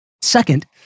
Second